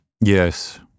Yes